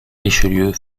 richelieu